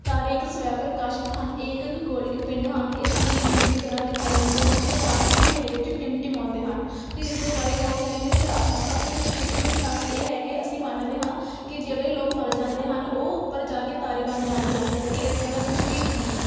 ਤਾਰੇ ਇੱਕ ਸਵੈ ਪ੍ਰਕਾਸ਼ਿਤ ਹਨ ਇਹ ਇੱਕ ਖਗੋਲਿਕ ਪਿੰਡ ਸਨ ਇਹ ਸਾਨੂੰ ਬਿੰਦੂ ਦੀ ਤਰ੍ਹਾਂ ਦਿਖਾਈ ਦਿੰਦੇ ਹਨ ਅਤੇ ਰਾਤ ਨੂੰ ਹਨੇਰੇ ਵਿੱਚ ਟਿਮਟਿਮਾਉਂਦੇ ਹਨ ਅਤੇ ਇਸ ਦੇ ਬਾਰੇ ਬਹੁਤ ਸਾਰੇ ਮਿਥਿਹਾਸ ਹਨ ਸਭ ਤੋਂ ਪ੍ਰਸਿੱਧ ਮਿਥਿਹਾਸ ਇਹ ਹੈ ਕਿ ਅਸੀਂ ਮੰਨਦੇ ਹਾਂ ਕਿ ਜਿਹੜੇ ਲੋਕ ਮਰ ਜਾਂਦੇ ਹਨ ਉਹ ਉਪਰ ਜਾ ਕੇ ਤਾਰੇ ਬਣ ਜਾਂਦੇ ਹਨ ਜਦਕਿ ਇੱਦਾਂ ਦਾ ਕੁਛ ਵੀ ਨਹੀਂ ਹੈ